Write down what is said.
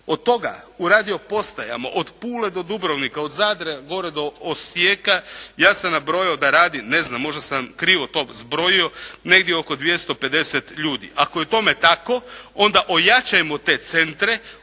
Od toga u radiopostajama od Pule do Dubrovnika, od Zadra gore do Osijeka ja sam nabrojao da radi ne znam, možda sam krivo to zbrojio negdje oko 250 ljudi. Ako je tome tako onda ojačajmo te centre,